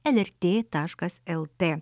lrt taškas lt